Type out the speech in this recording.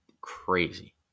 Crazy